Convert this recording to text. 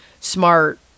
smart